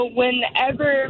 whenever